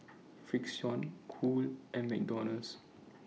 Frixion Cool and McDonald's